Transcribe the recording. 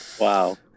Wow